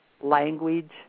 language